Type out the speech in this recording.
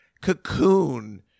Cocoon